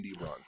run